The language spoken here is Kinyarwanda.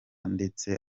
ndetse